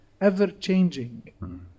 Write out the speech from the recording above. ever-changing